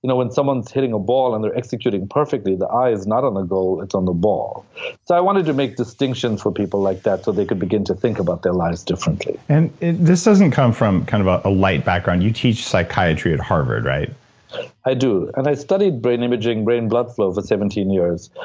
you know when someone's hitting a ball and they're executing perfectly, the eye is not on a goal, it's on the ball. so i wanted to make distinctions for people like that, so they could begin to think about their lives differently and this doesn't come from kind of ah a light background. you teach psychiatry at harvard right i do. and i studied brain imaging, brain blood flow for seventeen years.